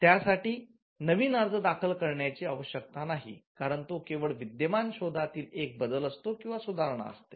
त्या साठी नवीन अर्ज दाखल करण्याची आवश्यकता नाही कारण तो केवळ विद्यमान शोधा तील एक बदल असतो किंवा सुधारणा असते